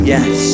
Yes